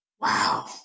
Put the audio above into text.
Wow